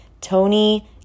Tony